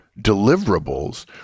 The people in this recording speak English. deliverables